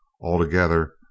Altogether